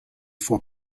for